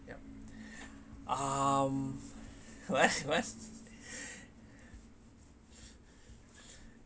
yup um west west